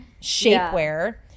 shapewear